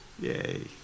Yay